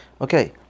Okay